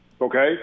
okay